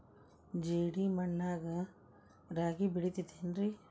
ಜೇಡಿ ಮಣ್ಣಾಗ ರಾಗಿ ಬೆಳಿತೈತೇನ್ರಿ?